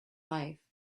life